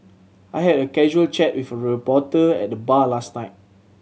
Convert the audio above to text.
I had a casual chat with a reporter at the bar last night